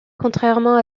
contrairement